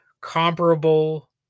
Comparable